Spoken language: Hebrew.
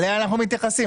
עליה אנחנו מתייחסים,